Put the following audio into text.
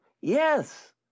Yes